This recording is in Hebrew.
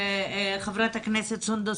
חברת הכנסת סונדוס,